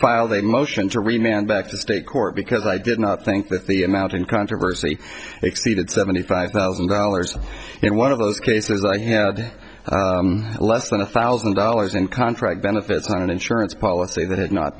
filed a motion to remain back to state court because i did not think that the amount in controversy exceeded seventy five thousand dollars in one of those cases i had less than a thousand dollars in contract benefits and an insurance policy that had not